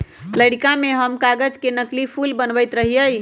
लइरका में हम कागज से नकली फूल बनबैत रहियइ